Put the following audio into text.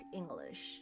english